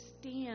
stand